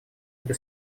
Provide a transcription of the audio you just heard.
обе